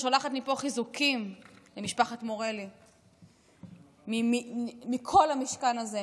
אני שולחת מפה חיזוקים למשפחת מורלי מכל המשכן הזה,